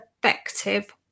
effective